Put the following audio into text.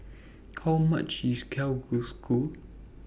How much IS Kalguksu